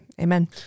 Amen